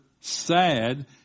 sad